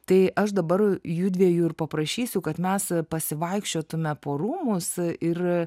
tai aš dabar jųdviejų ir paprašysiu kad mes pasivaikščiotume po rūmus ir